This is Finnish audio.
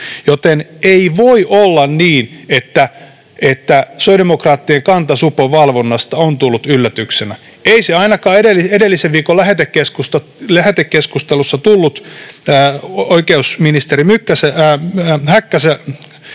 joten ei voi olla niin, että sosiaalidemokraattien kanta supon valvonnasta on tullut yllätyksenä. Ei se ainakaan edellisen viikon lähetekeskustelussa tullut yllätyksenä oikeusministeri Häkkäselle,